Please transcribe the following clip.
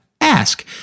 ask